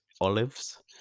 olives